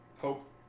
hope